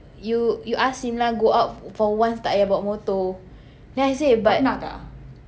you you ask him lah go out for once tak yah bawa motor then I say but